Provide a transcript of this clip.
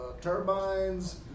turbines